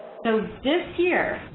so this year,